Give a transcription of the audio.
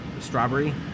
Strawberry